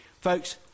Folks